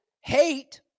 hate